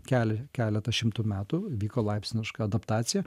kel keletą šimtų metų vyko laipsniška adaptacija